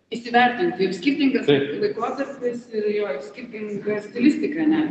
įsivertinti kaip skirtingais laikotarpiais ir jo ir skirtinga stilistika net